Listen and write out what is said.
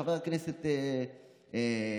שחבר הכנסת בגין,